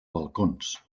balcons